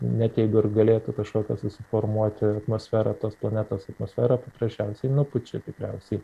net jeigu ir galėtų kažkokia susiformuoti atmosfera tos planetos atmosferą paprasčiausiai nupučia tikriausiai